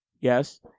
Yes